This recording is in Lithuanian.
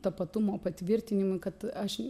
tapatumo patvirtinimą kad aš